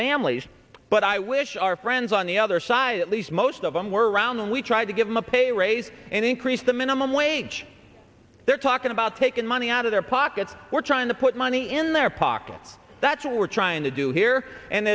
families but i wish our friends on the other side at least most of them were around we tried to give them a pay raise and increase the minimum wage they're talking about taking money out of their pockets or trying to put money in their pockets that's what we're trying to do here and